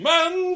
Men